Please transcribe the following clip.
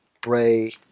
bray